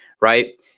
right